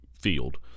field